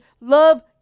love